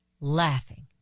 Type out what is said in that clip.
laughing